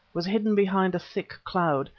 was hidden behind a thick cloud,